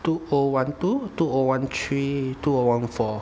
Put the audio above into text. two O one two two O one three two O one four